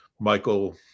Michael